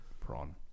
Prawn